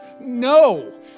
No